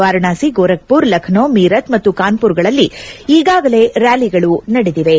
ವಾರಣಾಸಿ ಗೋರಖ್ಪುರ್ ಲಕ್ಕೋ ಮೀರತ್ ಮತ್ತು ಕಾನ್ಸುರ್ಗಳಲ್ಲಿ ಈಗಾಗಲೇ ರ್ನಾಲಿಗಳು ನಡೆದಿವೆ